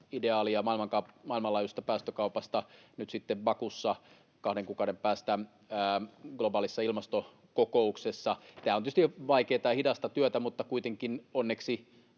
maailmanlaajuisesta päästökaupasta nyt sitten Bakussa kahden kuukauden päästä globaalissa ilmastokokouksessa. Tämä on tietysti vaikeata ja hidasta työtä, mutta kuitenkin onneksi